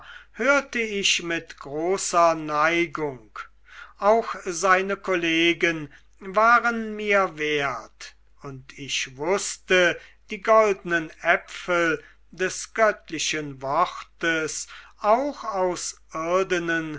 hörte ich mit großer neigung auch seine kollegen waren mir wert und ich wußte die goldnen äpfel des göttlichen wortes auch aus irdenen